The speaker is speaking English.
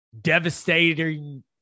devastating